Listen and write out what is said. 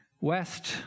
west